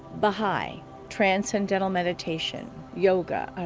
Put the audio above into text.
baha'i transcendental meditation yoga,